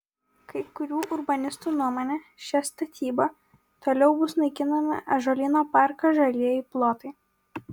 kai kurių urbanistų nuomone šia statyba toliau bus naikinami ąžuolyno parko žalieji plotai